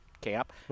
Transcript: camp